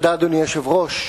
אדוני היושב-ראש,